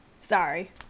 Sorry